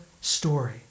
story